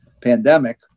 pandemic